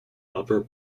upper